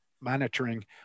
monitoring